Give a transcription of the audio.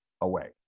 away